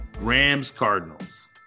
Rams-Cardinals